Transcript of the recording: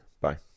Bye